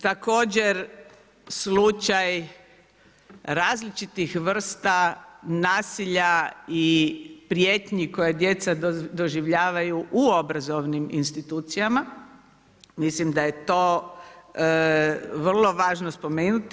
Također slučaj različitih vrsta nasilja i prijetnji koje djece doživljaju u obrazovnim institucijama, mislim da je to vrlo važno spomenuti.